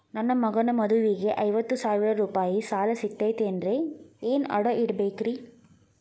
ನನ್ನ ಮಗನ ಮದುವಿಗೆ ಐವತ್ತು ಸಾವಿರ ರೂಪಾಯಿ ಸಾಲ ಸಿಗತೈತೇನ್ರೇ ಏನ್ ಅಡ ಇಡಬೇಕ್ರಿ?